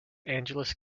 angeles